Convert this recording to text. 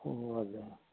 ए हजुर